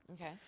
okay